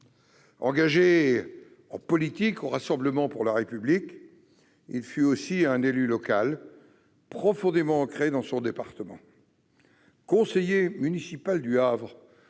Engagé en politique au Rassemblement pour la République (RPR), il fut aussi un élu local profondément ancré dans son département. Il fut conseiller municipal du Havre